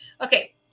Okay